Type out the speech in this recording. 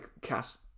cast